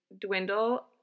dwindle